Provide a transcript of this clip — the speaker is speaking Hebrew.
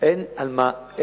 אין על מה